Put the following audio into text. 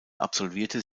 absolvierte